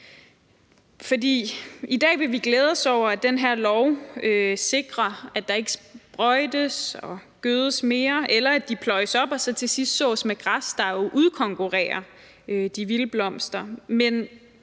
I dag vil vi glæde os over, at den her lov sikrer, at der ikke mere sprøjtes og gødes, eller at de her områder pløjes op og så til sidst sås med græs, der jo udkonkurrerer de vilde blomster.